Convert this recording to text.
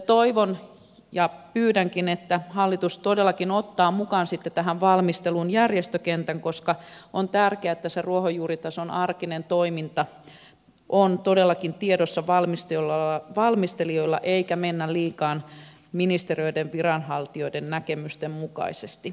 toivon ja pyydänkin että hallitus todellakin ottaa mukaan sitten tähän valmisteluun järjestökentän koska on tärkeää että se ruohonjuuritason arkinen toiminta on todellakin tiedossa valmistelijoilla eikä mennä liikaa ministeriöiden viranhaltijoiden näkemysten mukaisesti